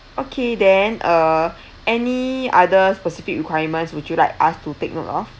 okay then uh any other specific requirements would you like us to take note of